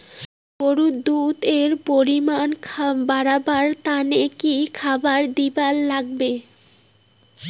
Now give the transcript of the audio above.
গরুর দুধ এর পরিমাণ বারেবার তানে কি খাবার দিবার লাগবে?